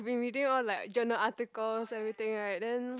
been reading all like journal articles and everything right then